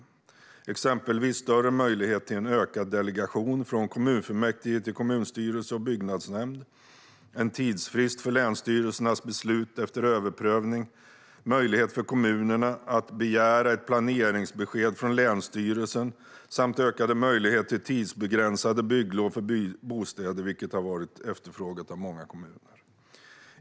Det är exempelvis större möjlighet till en ökad delegation från kommunfullmäktige till kommunstyrelse och byggnadsnämnd, en tidsfrist för länsstyrelsernas beslut efter överprövning, möjlighet för kommunerna att begära ett planeringsbesked från länsstyrelsen samt ökade möjligheter till tidsbegränsade bygglov för bostäder, vilket har varit efterfrågat av många kommuner.